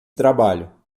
trabalho